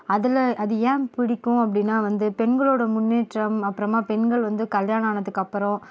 அதில் அது ஏன் பிடிக்கும் அப்படினா வந்து பெண்களோட முன்னேற்றம் அப்புறமா பெண்கள் வந்து கல்யாணம் ஆனதுக்கு அப்பறம்